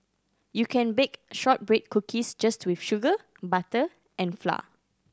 you can bake shortbread cookies just with sugar butter and flour